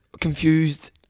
confused